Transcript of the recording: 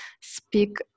speak